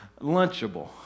lunchable